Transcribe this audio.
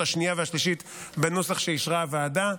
השנייה והשלישית בנוסח שאישרה הוועדה.